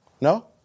No